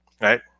right